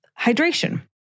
hydration